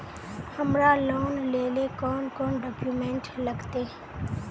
हमरा लोन लेले कौन कौन डॉक्यूमेंट लगते?